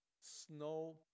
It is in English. snow